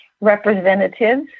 representatives